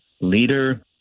leader